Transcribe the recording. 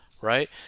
right